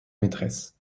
maîtresse